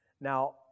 Now